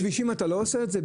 בכבישים, אתה לא עושה את זה.